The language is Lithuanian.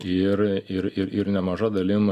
ir ir ir ir nemaža dalim